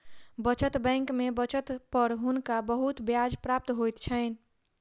बचत बैंक में बचत पर हुनका बहुत ब्याज प्राप्त होइ छैन